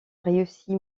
réussi